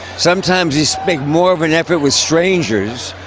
sometimes you make more of an effort with strangers.